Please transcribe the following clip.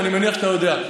ואני מניח שאתה יודע.